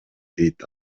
дейт